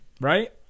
right